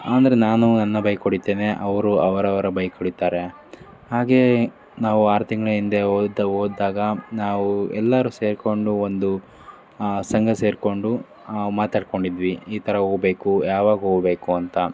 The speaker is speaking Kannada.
ಅಂದರೆ ನಾನು ನನ್ನ ಬೈಕ್ ಹೊಡಿತೇನೆ ಅವರು ಅವರವರ ಬೈಕ್ ಹೊಡೀತಾರೆ ಹಾಗೇ ನಾವು ಆರು ತಿಂಗ್ಳ ಹಿಂದೆ ಹೋಯ್ತು ಹೋದಾಗ ನಾವು ಎಲ್ಲರೂ ಸೇರಿಕೊಂಡು ಒಂದು ಸಂಘ ಸೇರಿಕೊಂಡು ಮಾತಾಡಿಕೊಂಡಿದ್ವಿ ಈಥರ ಹೋಗ್ಬೇಕು ಯಾವಾಗ ಹೋಗ್ಬೇಕು ಅಂತ